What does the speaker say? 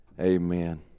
Amen